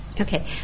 Okay